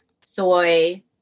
soy